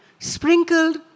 sprinkled